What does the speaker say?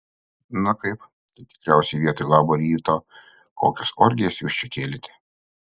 na kaip tai tikriausiai vietoj labo ryto kokias orgijas jūs čia kėlėte